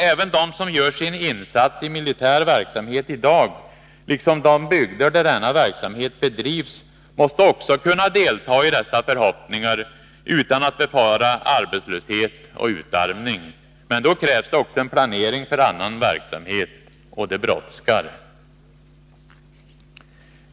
Även de som gör sin insats i militär verksamhet i dag liksom bygder där denna verksamhet bedrivs måste också kunna delta i dessa förhoppningar, utan att befara arbetslöshet och utarmning. Men då krävs också en planering för annan verksamhet. Och det brådskar.